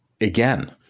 again